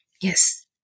Yes